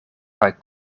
kaj